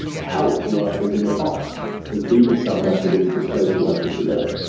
help workers in the past has been somewhere for these displaced workers to go.